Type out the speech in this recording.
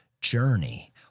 journey